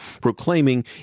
proclaiming